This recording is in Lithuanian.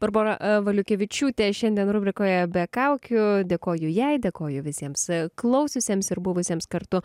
barbora valiukevičiūtė šiandien rubrikoje be kaukių dėkoju jai dėkoju visiems klausiusiems ir buvusiems kartu